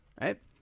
Right